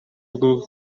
bwo